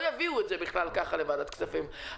יביאו את זה בכלל כך לוועדת הכספים.